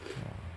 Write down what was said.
!wah!